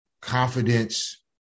confidence